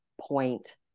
point